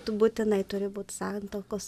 tu būtinai turi būti santuokos